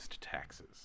taxes